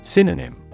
Synonym